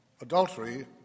adultery